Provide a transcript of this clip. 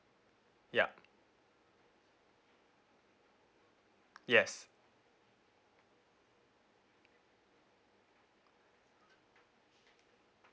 yup yes